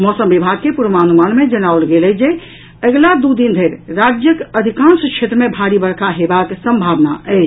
मौसम विभाग के पूर्वानुमान मे जनाओल गेल अछि जे अगिला दू दिन धरि राज्यक अधिकांश क्षेत्र मे भारी वर्षा हेबाक संभावना अछि